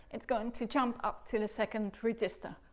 it's going to jump up to the second register.